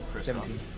Seventeen